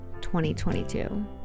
2022